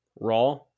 raw